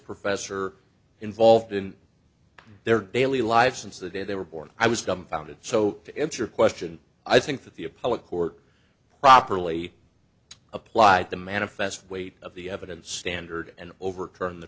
professor involved in their daily lives since the day they were born i was dumbfounded so to answer question i think that the appellate court properly applied the manifest weight of the evidence standard and overturn the